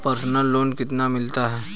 Personal loan कितना मिलता है?